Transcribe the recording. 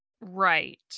Right